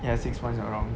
ya six month around